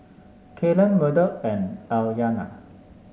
Kaylen Murdock and Aryana